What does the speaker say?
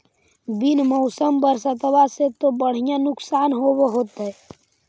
बिन मौसम बरसतबा से तो बढ़िया नुक्सान होब होतै?